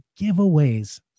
giveaways